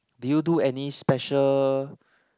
did you do any special